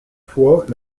fois